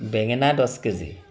বেঙেনা দহ K G